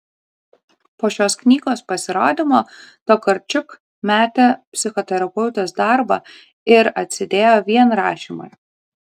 po šios knygos pasirodymo tokarčuk metė psichoterapeutės darbą ir atsidėjo vien rašymui